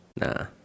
Nah